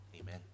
amen